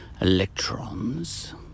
electrons